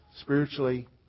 spiritually